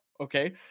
Okay